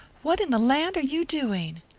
what in the land are you doing?